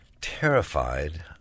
terrified